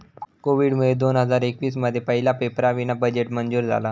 कोविडमुळे दोन हजार एकवीस मध्ये पहिला पेपरावीना बजेट मंजूर झाला